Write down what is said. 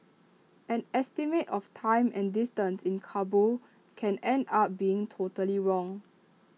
an estimate of time and distance in Kabul can end up being totally wrong